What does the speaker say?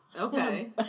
okay